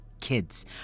kids